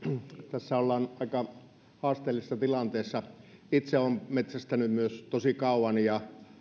tässä ollaan aika haasteellisessa tilanteessa itse olen metsästänyt myös tosi kauan ja